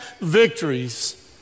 victories